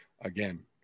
again